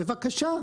בבקשה.